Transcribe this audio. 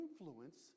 influence